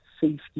safety